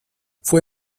fue